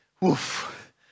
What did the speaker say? Woof